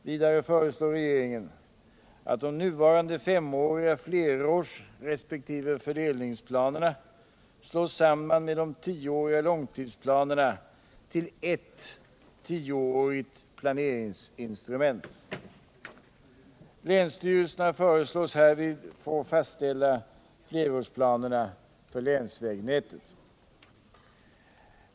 Vidare föreslår regeringen att de nuvarande femåriga flerårsresp. fördelningsplanerna slås samman med de tioåriga långtidsplanerna till ert tioårigt planeringsinstrument. Länsstyrelserna föreslås härvid få fastställa flerårsplanerna för länsvägnätet.